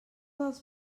dels